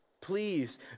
Please